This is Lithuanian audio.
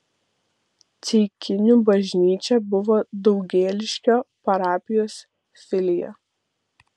ceikinių bažnyčia buvo daugėliškio parapijos filija